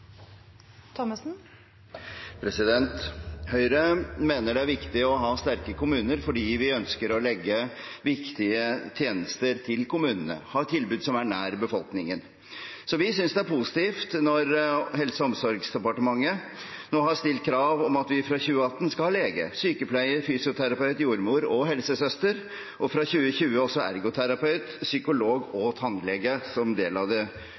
replikkordskifte. Høyre mener det er viktig å ha sterke kommuner, fordi vi ønsker å legge viktige tjenester til kommunene, ha tilbud som er nær befolkningen. Så vi synes det er positivt når Helse- og omsorgsdepartementet nå har stilt krav om at vi fra 2018 skal ha lege, sykepleier, fysioterapeut, jordmor og helsesøster – og fra 2020 også ergoterapeut, psykolog og tannlege – som del av det